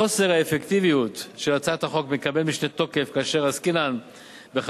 חוסר האפקטיביות של הצעת החוק מקבל משנה תוקף כאשר עסקינן בחברות